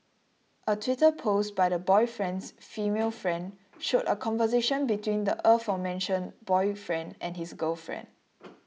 a twitter post by the boyfriend's female friend showed a conversation between the aforementioned boyfriend and his girlfriend